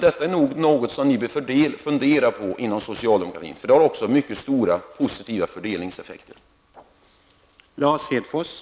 Detta är något som ni inom socialdemokratin bör fundera över, för det har också mycket stora positiva fördelningspolitiska effekter.